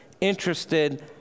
interested